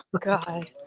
God